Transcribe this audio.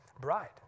bride